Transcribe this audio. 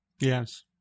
Yes